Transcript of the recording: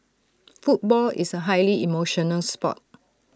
football is A highly emotional Sport